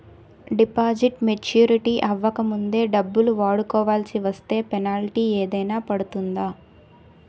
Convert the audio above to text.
Deposit maturity అవ్వక ముందే డబ్బులు వాడుకొవాల్సి వస్తే పెనాల్టీ ఏదైనా పడుతుందా?